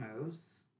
moves